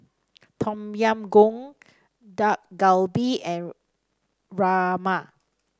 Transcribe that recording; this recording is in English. Tom Yam Goong Dak Galbi and Rajma